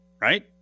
right